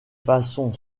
façon